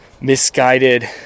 misguided